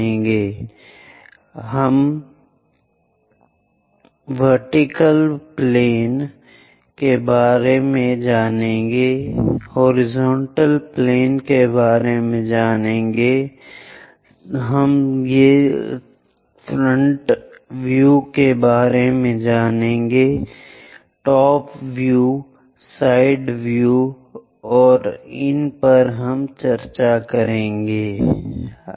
अगली कक्षा में हम इन अनुमानों के बारे में अधिक जानेंगे एक ऊर्ध्वाधर विमान क्या है एक क्षैतिज विमान क्या है सामने के दृश्य में किसी चीज़ को कल्पना कैसे करें शीर्ष दृश्य के रूप में कुछ साइड व्यू के रूप में कुछ और इन विचारों की दिशात्मकता